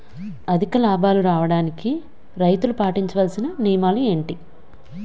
అధిక లాభాలు రావడానికి రైతులు పాటించవలిసిన నియమాలు ఏంటి